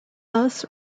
thus